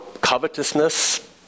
covetousness